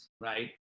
right